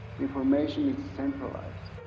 information is centralized.